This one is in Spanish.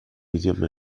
idioma